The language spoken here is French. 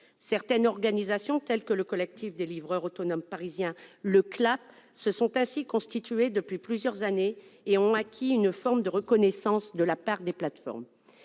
Certaines associations, telles que le Collectif des livreurs autonomes parisiens, le CLAP, se sont ainsi constituées depuis plusieurs années ; elles ont acquis une forme de reconnaissance de la part des plateformes.